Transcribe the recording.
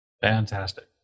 Fantastic